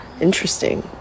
Interesting